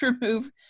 remove